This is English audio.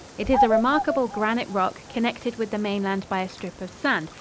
it is a remarkable granite rock, connected with the mainland by a strip of sand,